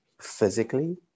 physically